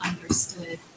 understood